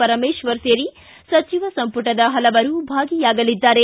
ಪರಮೇಶ್ವರ್ ಸೇರಿ ಸಚಿವ ಸಂಪುಟದ ಹಲವರು ಭಾಗಿಯಾಗಲಿದ್ದಾರೆ